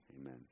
Amen